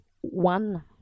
one